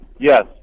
Yes